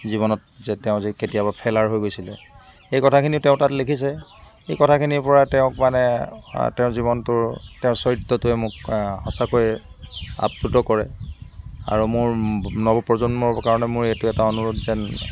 জীৱনত যে তেওঁ যে কেতিয়াবা ফেলাৰ হৈ গৈছিলে সেই কথাখিনি তেওঁ তাত লিখিছে সেই কথাখিনিৰ পৰা তেওঁক মানে তেওঁৰ জীৱনটোৰ তেওঁ চৰিত্ৰটো মোক সঁচাকৈয়ে আপ্লুত কৰে আৰু মোৰ নৱপ্ৰজন্মৰ কাৰণে মোৰ এইটো এটা অনুৰোধ যেন